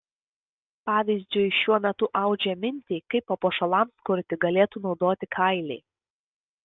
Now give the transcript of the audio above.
pavyzdžiui šiuo metu audžia mintį kaip papuošalams kurti galėtų naudoti kailį